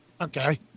Okay